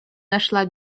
нашла